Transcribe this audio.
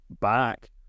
back